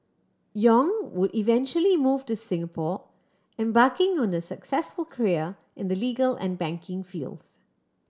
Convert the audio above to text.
Yong would eventually move to Singapore embarking on a successful career in the legal and banking fields